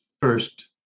first